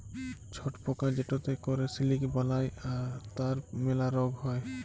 ছট পকা যেটতে ক্যরে সিলিক বালাই তার ম্যালা রগ হ্যয়